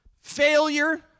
failure